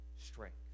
strength